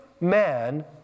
man